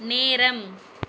நேரம்